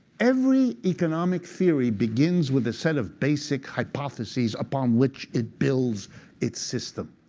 every economic theory begins with a set of basic hypotheses upon which it builds its system.